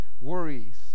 worries